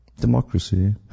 Democracy